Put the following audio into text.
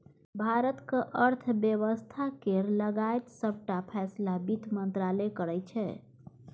भारतक अर्थ बेबस्था केर लगाएत सबटा फैसला बित्त मंत्रालय करै छै